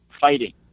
fighting